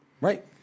Right